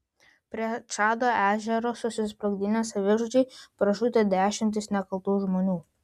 prie čado ežero susisprogdinę savižudžiai pražudė dešimtis nekaltų žmonių